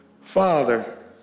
Father